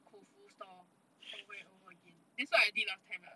口福 store over and over again that's what I did last time lah